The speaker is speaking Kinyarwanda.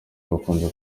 bakunze